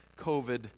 COVID